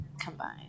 combined